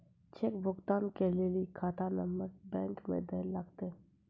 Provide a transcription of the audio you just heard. cheque भुगतान के लेली खाता नंबर बैंक मे दैल लागतै